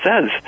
says